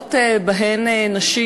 לידות שבהן נשים